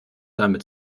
dame